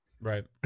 Right